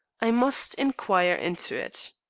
i must inquire into it.